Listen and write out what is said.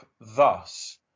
thus